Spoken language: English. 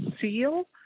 seal